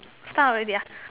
stop already